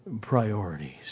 priorities